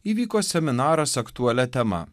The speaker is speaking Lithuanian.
įvyko seminaras aktualia tema